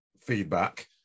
feedback